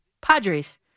Padres